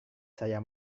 saya